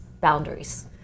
boundaries